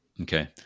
okay